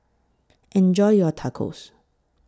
Enjoy your Tacos